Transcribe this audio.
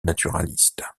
naturaliste